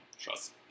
trust